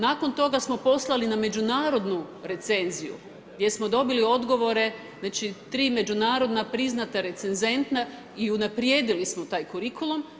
Nakon, toga smo poslali na međunarodnu recenziju, gdje smo dobili odgovore, znači, 3 međunarodna priznata recenzenta i unaprijedili smo taj kurikulum.